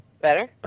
Better